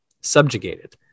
subjugated